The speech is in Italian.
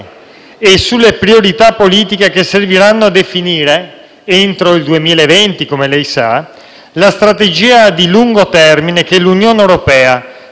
la strategia di lungo termine che l'Unione europea dovrà perseguire per restare in linea con i parametri previsti dall'Accordo di Parigi.